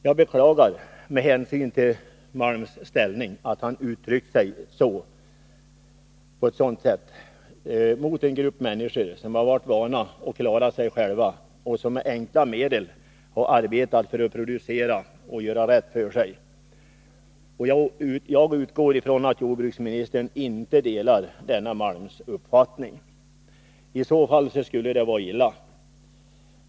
Jag beklagar, med hänsyn till Malms ställning, att han uttryckt sig så mot en grupp människor som har varit vana att klara sig själva och som med enkla medel har arbetat för att producera och göra rätt för sig. Jag utgår ifrån att jordbruksministern inte delar Malms uppfattning. I annat fall skulle det vara illa.